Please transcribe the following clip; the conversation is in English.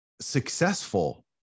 successful